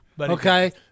Okay